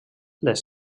les